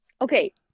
okay